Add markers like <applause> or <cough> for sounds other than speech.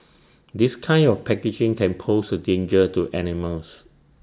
<noise> this kind of packaging can pose A danger to animals